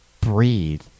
breathe